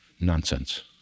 nonsense